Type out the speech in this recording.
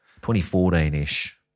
2014-ish